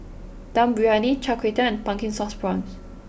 Dum Briyani Char Kway Teow and Pumpkin Sauce Prawns